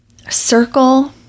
circle